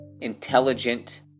intelligent